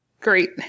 great